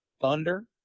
Thunder